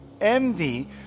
envy